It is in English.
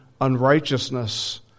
unrighteousness